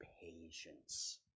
patience